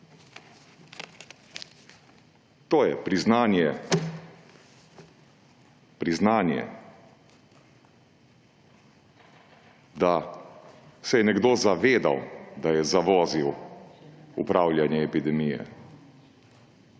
To je priznanje, da se je nekdo zavedal, da je zavozil upravljanje epidemije.